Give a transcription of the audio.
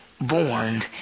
born